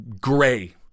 gray